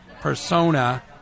persona